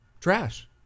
Trash